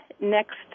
next